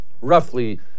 roughly